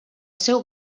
seu